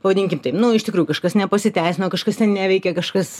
pavadinkim tai nu iš tikrųjų kažkas nepasiteisino kažkas ten neveikia kažkas